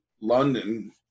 London